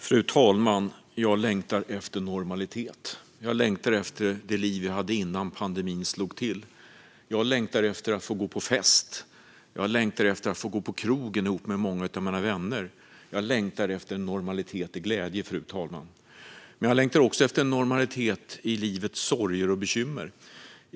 Fru talman! Jag längtar efter normalitet. Jag längtar efter det liv som jag hade innan pandemin slog till. Jag längtar efter att få gå på fest. Jag längtar efter att få gå på krogen med många av mina vänner. Jag längtar efter normalitet och glädje, fru talman. Men jag längtar också efter en normalitet i livets sorger och bekymmer.